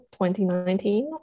2019